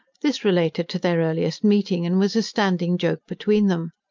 this related to their earliest meeting, and was a standing joke between them.